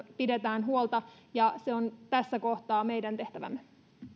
pidetään huolta ja se on tässä kohtaa meidän tehtävämme